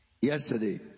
Yesterday